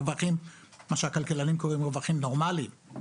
הרווחים שהכלכלנים קוראים רווחים נורמליים.